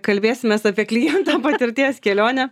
kalbėsimės apie kliento patirties kelionę